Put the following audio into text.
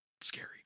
scary